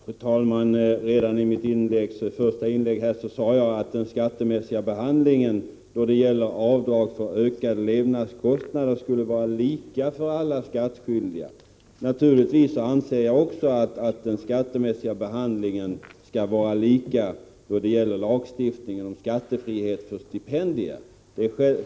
Fru talman! Redan i mitt första inlägg sade jag att den skattemässiga behandlingen av avdrag för ökade levnadskostnader bör vara lika för alla skattskyldiga. Naturligtvis anser jag också att den skattemässiga behandlingen skall vara likformig då det gäller lagstiftningen om skattefrihet för stipendier.